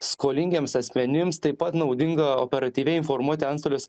skolingiems asmenims taip pat naudinga operatyviai informuoti antstolius